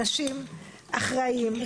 אנשים אחראיים,